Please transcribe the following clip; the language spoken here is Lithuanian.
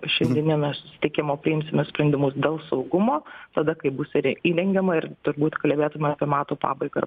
šiandieniniame susitikimo priimsime sprendimus dėl saugumo tada kai bus įren įrengiama ir turbūt kalbėtume apie metų pabaigą